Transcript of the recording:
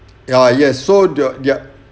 ya yes so the ya